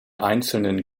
einzelnen